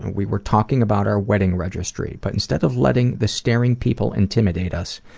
we were talking about our wedding registry, but instead of letting the steering people intimidate us,